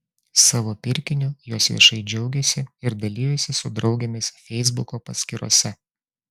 savo pirkiniu jos viešai džiaugėsi ir dalijosi su draugėmis feisbuko paskyrose